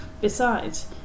Besides